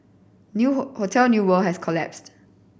new hotel New World has collapsed